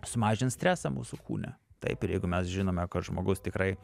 sumažins stresą mūsų kūne taip ir jeigu mes žinome kad žmogus tikrai